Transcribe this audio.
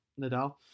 Nadal